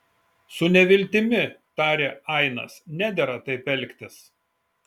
su neviltimi tarė ainas nedera taip elgtis